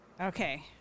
Okay